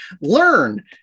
learn